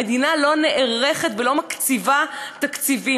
המדינה לא נערכת ולא מקציבה תקציבים.